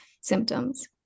symptoms